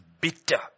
bitter